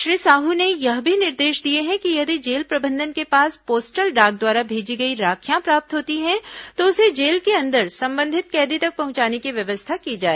श्री साह ने यह भी निर्देश दिए हैं कि यदि जेल प्रबंधन के पास पोस्टल डाक द्वारा भेजी गई राखियां प्राप्त होती हैं तो उसे जेल के अंदर संबंधित कैदी तक पहुंचाने की व्यवस्था की जाए